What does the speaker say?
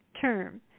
term